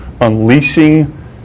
unleashing